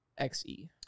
XE